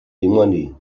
dimoni